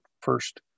first